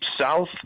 south